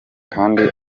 kandi